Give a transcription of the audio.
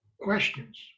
questions